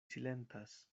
silentas